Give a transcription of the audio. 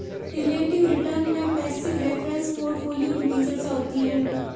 relative return में passive reference portfolio की भी चर्चा होती है